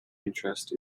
interest